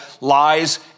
lies